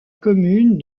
commune